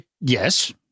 Yes